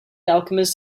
alchemist